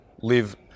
live